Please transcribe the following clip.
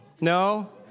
No